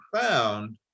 found